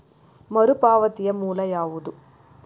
ಮರುಪಾವತಿಯ ಮೂಲ ಯಾವುದು?